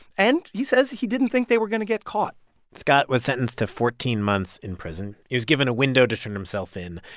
and he says he didn't think they were going to get caught scott was sentenced to fourteen months in prison. he was given a window to turn himself in.